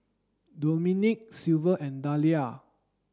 Domenick Silvia and Dalia